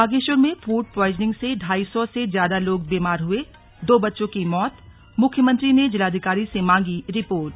बागेश्वर में food poisoning से ढाई सौ से ज्यादा लोग बीमार हुएदो बच्चों की मौतमुख्यमंत्री ने जिलाधिकारी से मांगी रिपोर्ट